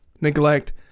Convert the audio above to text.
neglect